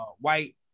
White